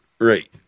Right